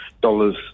dollars